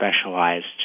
specialized